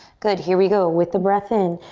good, here we go with the breath in.